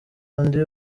undi